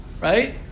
right